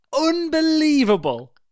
unbelievable